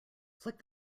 flick